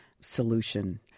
solution